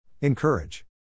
Encourage